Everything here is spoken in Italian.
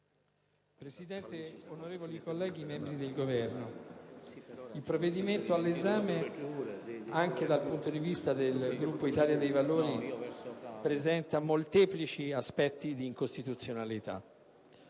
Presidente, onorevoli colleghi, signori membri del Governo, il provvedimento all'esame, anche dal punto di vista del Gruppo dell'Italia dei Valori, presenta molteplici aspetti d'incostituzionalità.